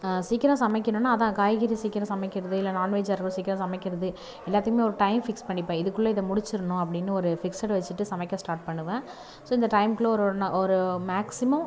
சீக்கிரம் சமைக்கணுனால் அதுதான் காய்கறி சீக்கிரம் சமைக்கிறது இல்லை நாண்வெஜ்ஜாக இருக்கும் சீக்கிரம் சமைக்கிறது எல்லாத்தையுமே ஒரு டைம் பிக்ஸ் பண்ணிப்பேன் இதுக்குள்ளே இதை முடிச்சிடணும் அப்படினு ஒரு பிக்ஸ்டு வச்சுட்டு சமைக்க ஸ்டார்ட் பண்ணுவேன் ஸோ இந்த டைம் குள்ளே ஒரு ஒரு மேக்சிமம்